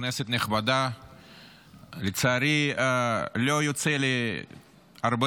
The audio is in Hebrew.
כנסת נכבדה, לצערי, לא יוצא לי הרבה